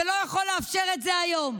לא יכול לאפשר את זה היום.